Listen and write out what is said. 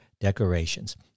decorations